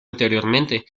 anteriormente